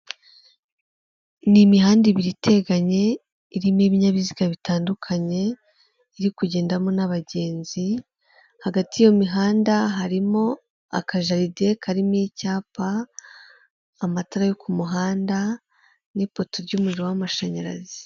Ni imihanda ibiri iteganye irimo ibinyabiziga bitandukanye iri kugendamo n'abagenzi, hagati y'imihanda harimo akajaride karimo icyapa amatara yo ku muhanda n'ipoto ry'umuriro w'amashanyarazi.